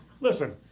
listen